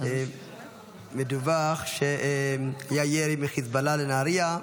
מדווח שהיה ירי של חיזבאללה לנהריה,